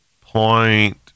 Point